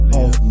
off